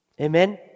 amen